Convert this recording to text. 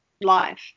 life